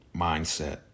mindset